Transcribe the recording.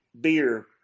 beer